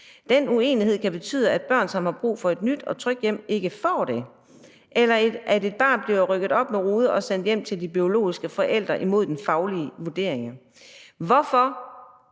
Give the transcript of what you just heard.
Den uenighed kan betyde, at børn, som har brug for et nyt og trygt hjem, ikke får det. Eller at et barn bliver rykket op med rode og sendt hjem til de biologiske forældre imod den faglige vurdering«. Hvorfor